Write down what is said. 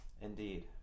Indeed